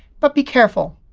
but be careful.